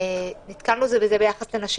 נתקבלנו בזה לגבי נשים,